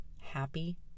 happy